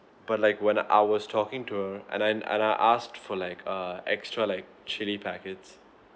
but like when I was talking to her and then and I asked for like uh extra like chili packets